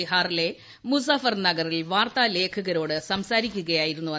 ബിഹാറിലെ മുസഫർ നഗറിൽ വാർത്താലേഖകരോട് സംസാരിക്കുകയായിരുന്നു മന്ത്രി